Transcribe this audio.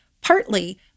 partly